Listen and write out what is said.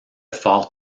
fort